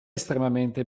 estremamente